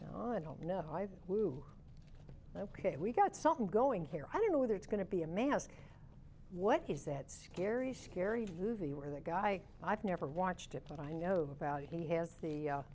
now i don't know who ok we got something going here i don't know whether it's going to be a mask what is that scary scary movie where the guy i've never watched it but i know about he has the